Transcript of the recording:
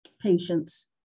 patients